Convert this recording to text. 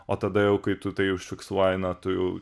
o tada jau kai tu tai užfiksuoji na tu jau